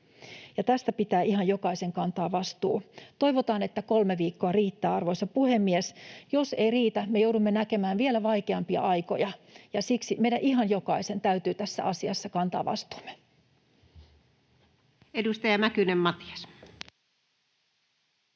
tästä pitää ihan jokaisen kantaa vastuu. Toivotaan, että kolme viikkoa riittää, arvoisa puhemies. Jos ei riitä, me joudumme näkemään vielä vaikeampia aikoja, ja siksi meidän, ihan jokaisen, täytyy tässä asiassa kantaa vastuumme. [Speech 38] Speaker: